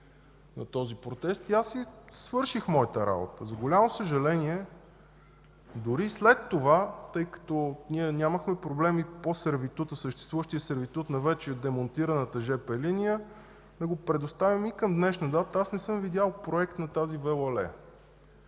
на този протест. Аз си свърших моята работа. За голямо съжаление дори и след това, тъй като нямахме проблеми по съществуващия сервитут на вече демонтираната жп линия – да го предоставим, към днешна дата аз не съм видял проект на тази